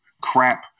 crap